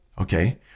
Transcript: Okay